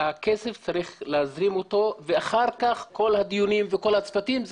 את הכסף צריך קודם להזרים ואחר כך יבואו כל הדיונים עם הצוותים.